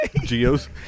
Geo's